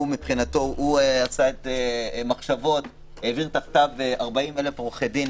הוא העביר תחתיו הכשרה ל-40,000 עורכי דין,